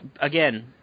Again